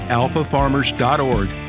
alphafarmers.org